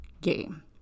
game